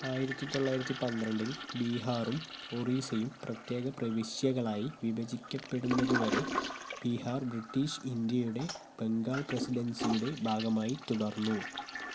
ആയിരത്തി തൊള്ളായിരത്തി പന്ത്രണ്ടിൽ ബീഹാറും ഒറീസയും പ്രത്യേക പ്രവിശ്യകളായി വിഭജിക്കപ്പെടുന്നതു വരെ ബിഹാർ ബ്രിട്ടീഷ് ഇന്ത്യയുടെ ബംഗാൾ പ്രസിഡൻസിയുടെ ഭാഗമായി തുടർന്നു